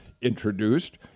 introduced